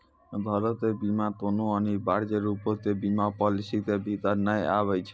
घरो के बीमा कोनो अनिवार्य रुपो के बीमा पालिसी के भीतर नै आबै छै